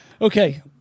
Okay